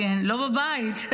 לא בבית,